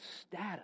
status